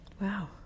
Wow